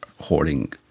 hoarding